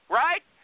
right